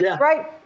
Right